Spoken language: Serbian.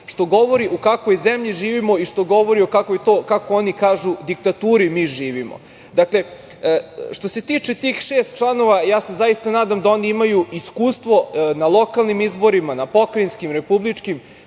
što govori u kakvoj zemlji živimo i što govori o tome, kako oni kažu, u kakvoj diktaturi mi živimo. Što se tiče tih šest članova, ja se zaista nadam da oni imaju iskustvo na lokalnim izborima, na pokrajinskim, republičkim,